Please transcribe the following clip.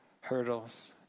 hurdles